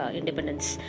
independence